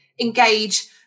engage